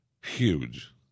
Huge